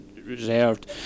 reserved